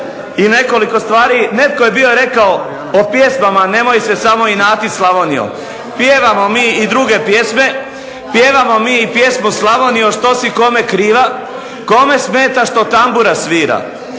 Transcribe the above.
i nekoliko stvari, netko je bio rekao o pjesmama Nemoj se samo inatit Slavonijo. Pjevamo mi i druge pjesme, pjevamo mi i pjesmu Slavonijo što si kome kriva, kome smeta što tambura svira,